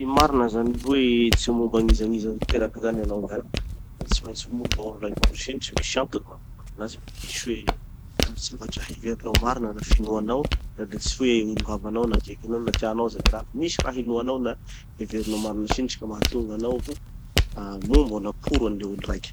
Tsy marina zany hoe, tsy momba an'izan'iza tanteraky zany hanao zany, fa tsy maintsy momba olo raiky avao sinitry. Misy antony mahatonga anao momba anazy. Misy hoe, zavatra heverinao marina araky gny finoanao, na de tsy hoe olo havanao na akeky anao na tianao aza le raha. Misy raha inoanao na heverinao marina sinitry ka mahatonga anao hoe momba na pour any le olo raiky.